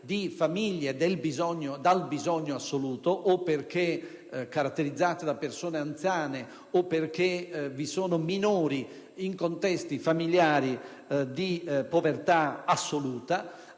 di famiglie del bisogno assoluto - o perché caratterizzate da persone anziane o perché vi sono minori in contesti familiari di povertà assoluta